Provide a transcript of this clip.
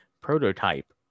prototype